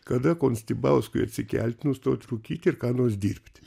kada konstibauskui atsikelt nustot rūkyt ir ką nors dirbti